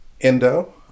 Endo